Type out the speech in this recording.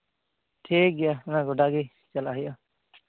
ᱴᱷᱤᱠᱜᱮᱭᱟ ᱦᱮᱸ ᱜᱚᱰᱟ ᱜᱮ ᱪᱟᱞᱟᱜ ᱦᱩᱭᱩᱜᱼᱟ